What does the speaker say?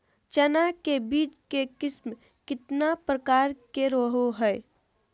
चना के बीज के किस्म कितना प्रकार के रहो हय?